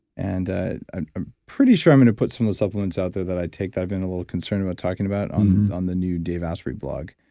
and ah i'm i'm pretty sure i'm going to put some of the supplements out there that i take that i've been a little concerned about talking about on on the new dave asprey blog.